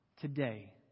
today